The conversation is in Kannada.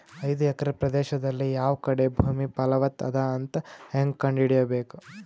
ಐದು ಎಕರೆ ಪ್ರದೇಶದಲ್ಲಿ ಯಾವ ಕಡೆ ಭೂಮಿ ಫಲವತ ಅದ ಅಂತ ಹೇಂಗ ಕಂಡ ಹಿಡಿಯಬೇಕು?